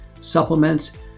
supplements